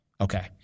Okay